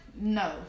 No